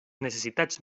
necessitats